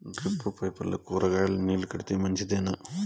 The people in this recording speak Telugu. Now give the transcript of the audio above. డ్రిప్ పైపుల్లో కూరగాయలు నీళ్లు కడితే మంచిదేనా?